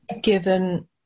given